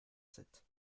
sept